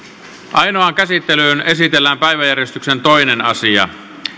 ainoaan käsittelyyn esitellään päiväjärjestyksen toinen asia